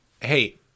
Hey